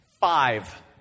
five